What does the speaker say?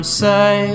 say